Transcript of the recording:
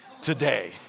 today